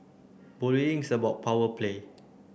bullying is about power play